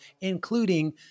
including